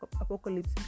apocalypse